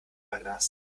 verglast